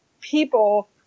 people